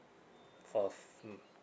for f~ mm